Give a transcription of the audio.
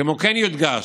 כמו כן יודגש